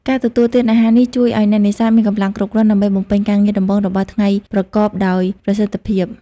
ការទទួលទានអាហារនេះជួយឲ្យអ្នកនេសាទមានកម្លាំងគ្រប់គ្រាន់ដើម្បីបំពេញការងារដំបូងរបស់ថ្ងៃប្រកបដោយប្រសិទ្ធភាព។